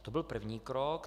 To byl první krok.